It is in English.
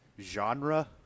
genre